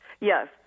Yes